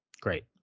Great